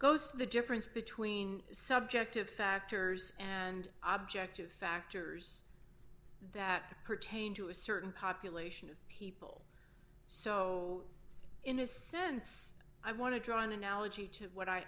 goes the difference between subjective factors and object factors that pertain to a certain population of people so in a sense i want to draw an analogy to what i